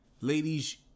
ladies